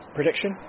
Prediction